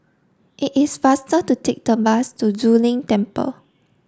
it is faster to take the bus to Zu Lin Temple